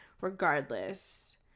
regardless